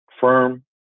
firm